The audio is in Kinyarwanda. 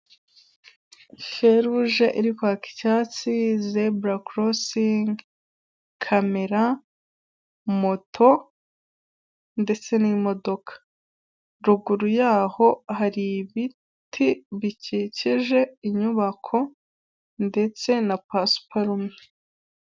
Feruje iri kwaka icyatsi zebura korosingi, kamera moto ndetse n'imodoka ruguru yaho hari ibiti bikikije inyubako ndetse na pasiparume.